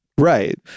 Right